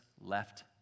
left